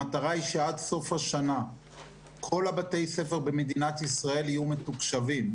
המטרה היא שעד סוף השנה כל בתי הספר במדינת ישראל יהיו מתוקשבים.